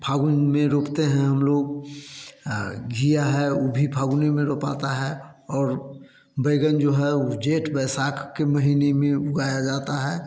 फागुन में रोपते हैं घिया है वो भी फागुन में रोपाते है और बैंगन जो है वो ज्येष्ठ वैशाख के महीने में उगाया जाता है